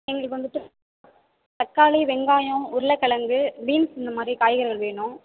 எங்களுக்கு வந்துவிட்டு தக்காளி வெங்காயம் உருளைக்கிழங்கு பீன்ஸ் இந்த மாதிரி காய்கறிகள் வேணும்